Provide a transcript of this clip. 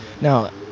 Now